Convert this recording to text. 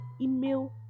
email